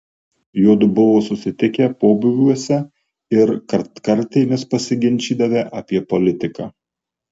juodu buvo susitikę pobūviuose ir kartkartėmis pasiginčydavę apie politiką